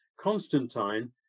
Constantine